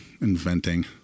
inventing